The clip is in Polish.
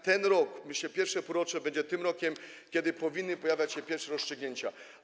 Ten rok, jak myślę, pierwsze półrocze, będzie tym rokiem, kiedy powinny pojawiać się pierwsze rozstrzygnięcia.